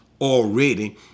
already